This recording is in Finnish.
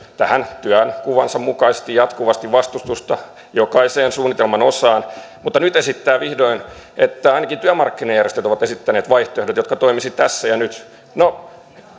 tähän työnkuvansa mukaisesti jatkuvasti vastustusta jokaiseen suunnitelman osaan mutta nyt esittää vihdoin että ainakin työmarkkinajärjestöt ovat esittäneet vaihtoehdot jotka toimisivat tässä ja nyt no